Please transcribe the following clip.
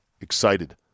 excited